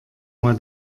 mal